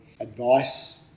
advice